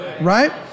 Right